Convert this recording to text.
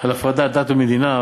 על הפרדת דת מהמדינה,